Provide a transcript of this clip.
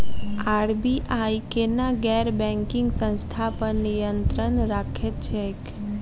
RBI केना गैर banking संस्था पर नियत्रंण राखैत छैक?